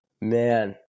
Man